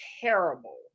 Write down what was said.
terrible